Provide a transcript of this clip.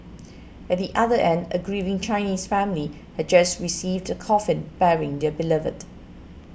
at the other end a grieving Chinese family had just received the coffin bearing their beloved